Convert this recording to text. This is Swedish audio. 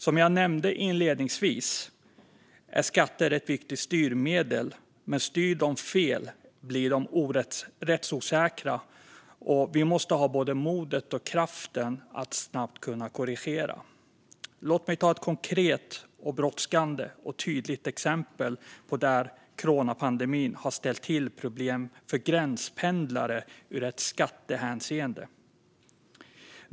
Som jag nämnde inledningsvis är skatter ett viktigt styrmedel, men om de styr fel blir de rättsosäkra. Vi måste då ha både modet och kraften att snabbt korrigera. Låt mig ta ett konkret och tydligt exempel där coronapandemin har ställt till med problem för gränspendlare i skattehänseende.